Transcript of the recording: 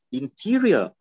interior